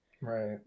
Right